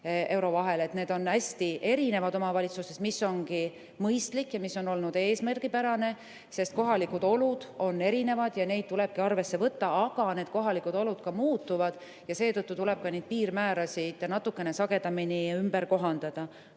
on omavalitsustes hästi erinevad, mis ongi mõistlik ja mis on olnud eesmärgipärane, sest kohalikud olud on erinevad ja neid tulebki arvesse võtta. Aga need kohalikud olud muutuvad ja seetõttu tuleb neid piirmäärasid natukene sagedamini ümber kohandada.